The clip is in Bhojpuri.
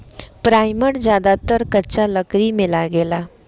पराइमर ज्यादातर कच्चा लकड़ी में लागेला